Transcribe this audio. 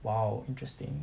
!wow! interesting